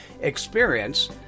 experience